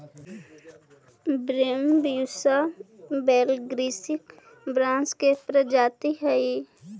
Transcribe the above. Bambusa वैलगेरिस बाँस के प्रजाति हइ